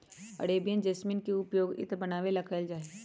Arabian jasmine के पउपयोग इत्र बनावे ला भी कइल जाहई